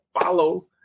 follow